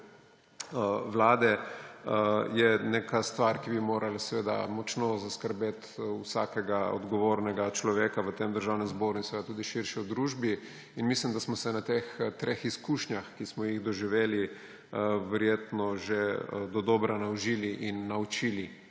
vlade, je neka stvar, ki bi morala močno zaskrbeti vsakega odgovornega človeka v Državnem zboru in tudi širšo družbo. In mislim, da smo se na teh treh izkušnjah, ki smo jih doživeli, verjetno že dodobra naužili in naučili,